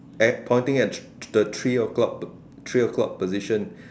at pointing at the three o-clock three o-clock position